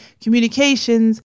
communications